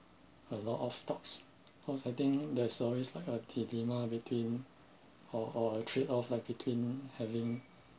a lot of stocks cause I think there's always like a dilemma between or or a trade off like between having